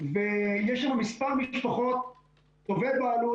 ויש שם מספר משפחות תובעי בעלות,